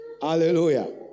Hallelujah